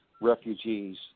refugees